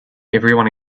everyone